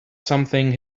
something